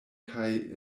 kaj